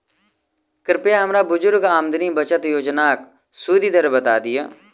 कृपया हमरा बुजुर्ग आदमी बचत योजनाक सुदि दर बता दियऽ